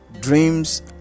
dreams